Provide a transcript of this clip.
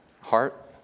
Heart